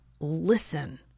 Listen